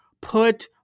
Put